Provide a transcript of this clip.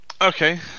Okay